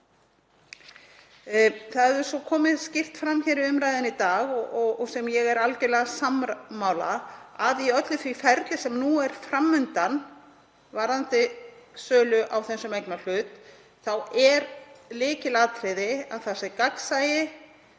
Það hefur komið skýrt fram í umræðunni í dag og ég er algerlega sammála því að í öllu því ferli sem nú er fram undan varðandi sölu á þessum eignarhlut er lykilatriði að það sé gagnsæi,